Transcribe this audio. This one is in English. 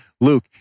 Luke